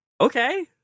Okay